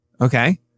Okay